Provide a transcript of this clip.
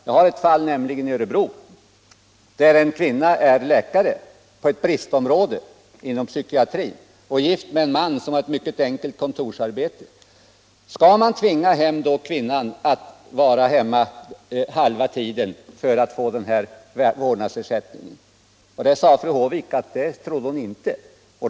Jag känner nämligen till ett fall i Örebro, där kvinnan är läkare på ett bristområde inom psykiatrin och mannen har ett mycket enkelt kontorsarbete. Skall man då tvinga kvinnan att vara hemma halva tiden för att hon skall få vårdnadsersättningen? Fru Håvik trodde inte det.